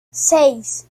seis